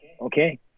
okay